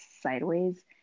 sideways